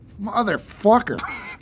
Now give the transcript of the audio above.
Motherfucker